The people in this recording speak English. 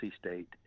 state